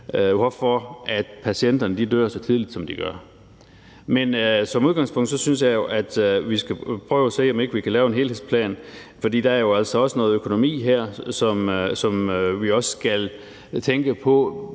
hvorfor patienterne dør så tidligt, som de gør. Men som udgangspunkt synes jeg jo, at vi skal prøve at se på, om ikke vi kan lave en helhedsplan, fordi der jo altså også er noget økonomi i det her, som vi også skal tænke på.